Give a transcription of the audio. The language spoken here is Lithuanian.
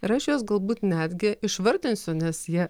ir aš juos galbūt netgi išvardinsiu nes jie